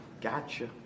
gotcha